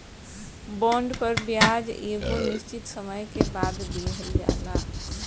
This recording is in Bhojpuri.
बॉन्ड पर ब्याज एगो निश्चित समय के बाद दीहल जाला